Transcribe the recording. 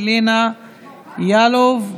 אלינה יאלוב,